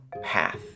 path